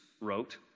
wrote